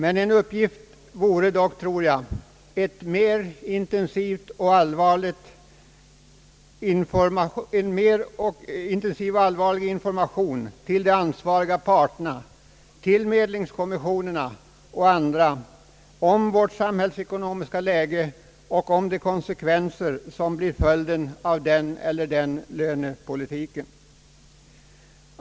En uppgift vore dock, tror jag, en mera intensiv och allvarlig information till de ansvariga parterna, till medlingskommissionerna och andra om vårt samhällsekonomiska läge och om de konsekvenser, som blir följden av den eller den lönepolitiken.